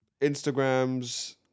Instagrams